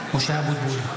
(קורא בשמות חברי הכנסת) משה אבוטבול,